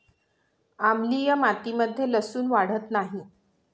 आम्लीय मातीमध्ये लसुन वाढत नाही